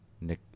Nick